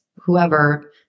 whoever